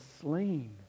slain